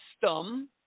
system